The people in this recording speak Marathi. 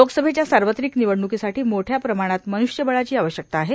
लोकसभेच्या सार्वत्रिक निवडण्कीसाठी मोठ्या प्रमाणात मन्ष्यबळाची आवश्यकता आहे